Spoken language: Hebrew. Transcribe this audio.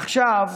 עכשיו,